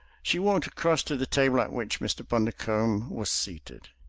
she walked across to the table at which mr. bundercombe was seated.